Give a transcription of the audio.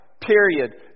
period